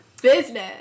business